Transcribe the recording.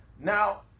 Now